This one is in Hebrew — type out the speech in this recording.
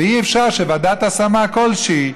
ואי-אפשר שבוועדת השמה כלשהי,